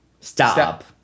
Stop